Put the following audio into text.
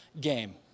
game